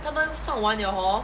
他们上玩 liao hor